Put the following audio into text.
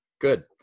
Good